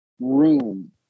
room